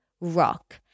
rock